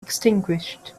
extinguished